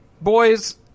boys